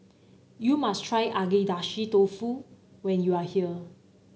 you must try Agedashi Dofu when you are here